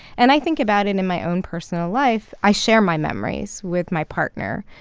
and i think about it in my own personal life i share my memories with my partner.